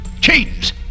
Chains